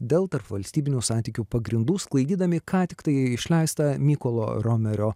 dėl tarpvalstybinių santykių pagrindų sklaidydami ką tik tai išleistą mykolo romerio